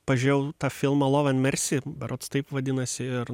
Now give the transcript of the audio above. pažiūrėjau tą filmą loven mersi berods taip vadinasi ir